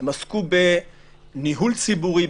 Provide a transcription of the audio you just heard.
הם עסקו בניהול ציבורי,